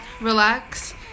relax